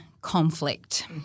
Conflict